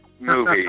movie